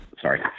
Sorry